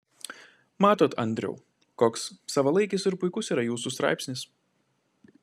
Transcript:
matot andriau koks savalaikis ir puikus yra jūsų straipsnis